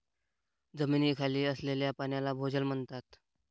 जमिनीखाली असलेल्या पाण्याला भोजल म्हणतात